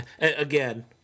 Again